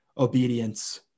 Obedience